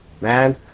man